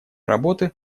работы